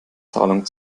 zahlung